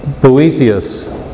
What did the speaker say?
Boethius